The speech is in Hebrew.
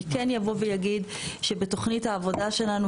אני כן אבוא ואגיד שבתוכנית העבודה שלנו,